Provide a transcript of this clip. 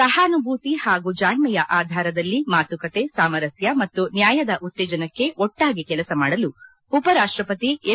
ಸಹಾನುಭೂತಿ ಹಾಗೂ ಜಾಣ್ಸೆಯ ಆಧಾರದಲ್ಲಿ ಮಾತುಕತೆ ಸಾಮರಸ್ಯ ಮತ್ತು ನ್ಯಾಯದ ಉತ್ತೇಜನಕ್ಕೆ ಒಟ್ಟಾಗಿ ಕೆಲಸ ಮಾಡಲು ಉಪ ರಾಷ್ಟಪತಿ ಎಂ